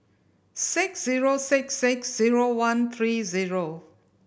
six zero six six zero one three zero